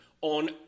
on